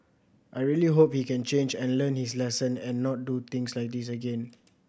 I really hope he can change and learn his lesson and not do things like this again